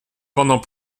pendant